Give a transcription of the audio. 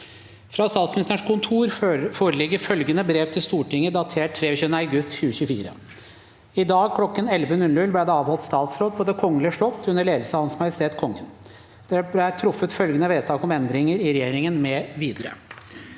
Fra Statsministerens kontor foreligger følgende brev til Stortinget, datert 23. august 2024: «I dag klokken 11.00 ble det avholdt statsråd på Det kongelige slott under ledelse av Hans Majestet Kongen. Det ble truffet følgende vedtak om endringer i regjeringen mv.: